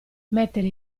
mettere